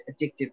addictive